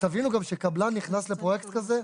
תבינו גם כשקבלן נכנס לפרויקט כזה,